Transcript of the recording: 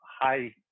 high